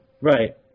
Right